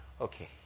okay